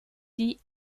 die